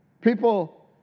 People